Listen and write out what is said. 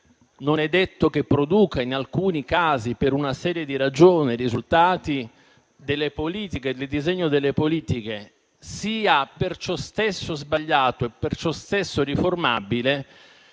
non è detto che produca in alcuni casi, per una serie di ragioni, risultati, disegno delle politiche, sia per ciò stesso sbagliato e perciò stesso riformabile